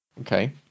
Okay